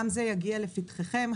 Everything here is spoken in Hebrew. גם זה יגיע לפתחכם.